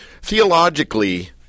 Theologically